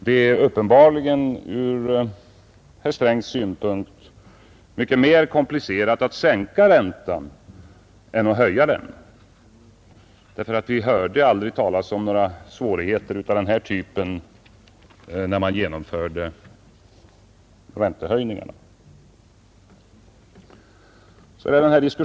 Det är uppenbarligen ur herr Strängs synpunkt mycket mer komplicerat att sänka räntan än att höja den — vi hörde aldrig talas om några svårigheter av den här typen när räntehöjningarna genomfördes.